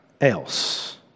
else